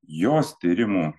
jos tyrimų